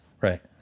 Right